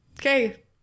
Okay